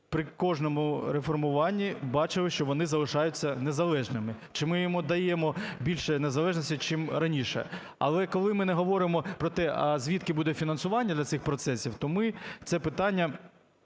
при кожному реформуванні бачили, що вони залишаються незалежними. Чи ми їм от даємо більше незалежності, чим раніше. Але коли ми не говоримо про те, а звідки буде фінансування для цих процесів, то ми це питання